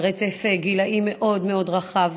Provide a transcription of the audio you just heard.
על רצף גילים מאוד רחב.